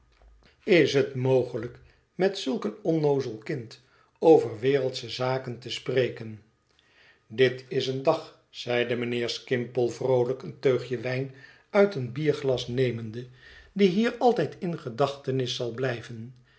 is het mogelijk met zulk een onnoozel kind over wereldsche zaken te spreken dit is een dag zeide mijnheer skimpole vroolijk een teugje wijn uit een bierglas nemende die hier altijd in gedachtenis zal blijven